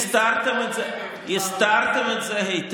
בכל כנס, הסתרתם את זה היטב.